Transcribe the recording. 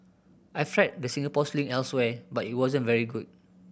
I've tried the Singapore Sling elsewhere but it wasn't very good